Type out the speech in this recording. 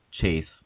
Chase